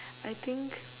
I think